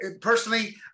Personally